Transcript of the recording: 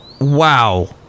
Wow